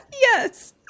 Yes